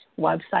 website